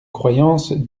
croyance